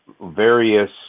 various